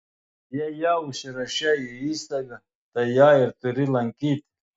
jei jau užsirašei į įstaigą tai ją ir turi lankyti